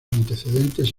antecedentes